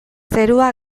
zerua